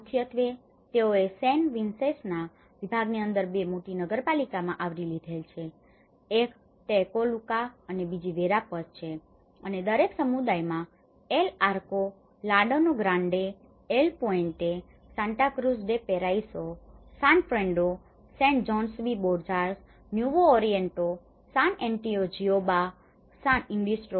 મુખ્યત્વે તેઓએ સેન વિસેન્ટેના વિભાગની અંદર બે મોટી નગરપાલિકાઓમાં આવરી લીધેલ છે એક ટેકોલુકા અને બીજી વેરાપઝછે અને દરેક સમુદાયમાં El Arco Llano Grande El Puente Santa Cruz de Paraiso San Pedro San Jose de Borjas Nuevo Oriente San Antonio Jiboa San Isidro